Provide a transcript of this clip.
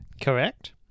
Correct